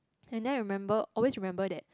and then I remember also remember that